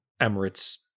Emirates